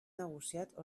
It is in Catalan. negociat